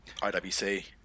IWC